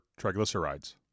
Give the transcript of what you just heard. triglycerides